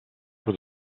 for